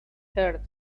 heart